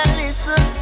listen